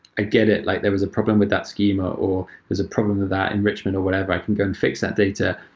i get it. like there was a problem with that schema or there's a problem of that enrichment or whatever. i can go and fix that data,